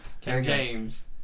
James